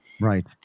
right